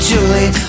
Julie